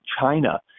China